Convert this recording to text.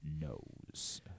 knows